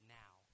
now